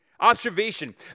Observation